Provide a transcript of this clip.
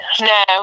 no